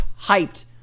hyped